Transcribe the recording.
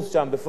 לא הייתי שם,